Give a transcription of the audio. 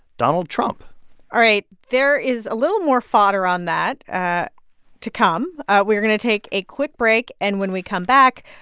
donald trump all right, there is a little more fodder on that to come. we are going to take a quick break. and when we come back,